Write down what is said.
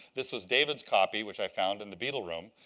this was david's copy which i found in the beetle room.